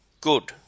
Good